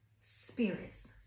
spirits